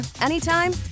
anytime